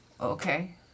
Okay